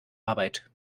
arbeit